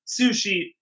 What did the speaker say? sushi